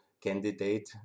candidate